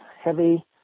heavy